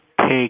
take